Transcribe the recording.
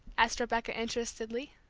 asked rebecca, interestedly.